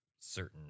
certain